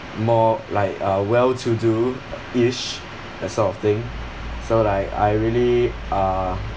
more like uh well to do-ish that sort of thing so like I really uh